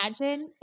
imagine